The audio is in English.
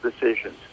decisions